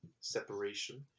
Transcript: separation